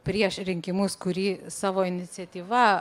prieš rinkimus kurį savo iniciatyva